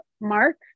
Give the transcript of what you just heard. Mark